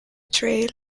trail